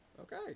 Okay